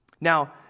Now